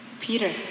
Peter